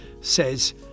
says